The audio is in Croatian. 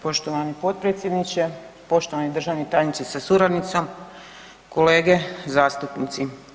Poštovani potpredsjedniče, poštovani državni tajniče sa suradnicom, kolege zastupnici.